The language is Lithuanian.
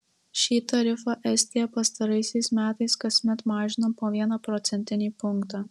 šį tarifą estija pastaraisiais metais kasmet mažino po vieną procentinį punktą